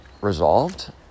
resolved